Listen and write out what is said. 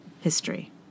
history